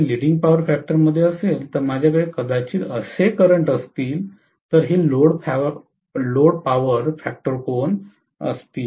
जर ते leading power फॅक्टरमध्ये असेल तर माझ्याकडे कदाचित असे करंट असेल तर हे लोड पॉवर फॅक्टर कोन आहे